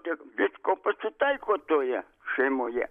tiek visko pasitaiko toje šeimoje